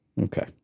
Okay